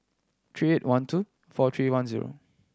three eight one two four three one zero